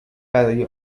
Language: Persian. برای